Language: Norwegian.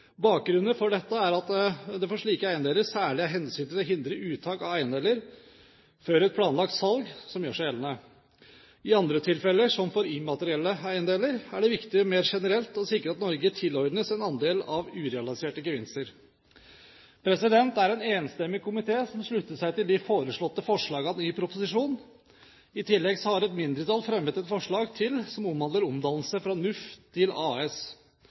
Bakgrunnen for dette er at det for slike eiendeler særlig er hensynet til å hindre uttak av eiendeler før et planlagt salg som gjør seg gjeldende. I andre tilfeller, som for immaterielle eiendeler, er det viktig mer generelt å sikre at Norge tilordnes en andel av urealiserte gevinster. Det er en enstemmig komité som slutter seg til forslagene i proposisjonen. I tillegg har et mindretall fremmet et forslag til, som omhandler omdannelse fra NUF til AS.